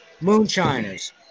moonshiners